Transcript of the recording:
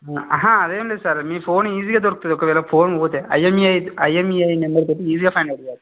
అదేం లేదు సార్ మీ ఫోన్ ఈజీగా దొరుకుతుంది ఒకవేళ ఫోన్ పోతే ఐఎమ్ఈఐ ఐఎమ్ఈఐ నంబర్ తోటి ఈజీగా ఫైండ్ అవుట్ చెయ్యొచ్చు